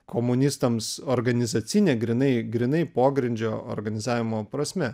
komunistams organizacine grynai grynai pogrindžio organizavimo prasme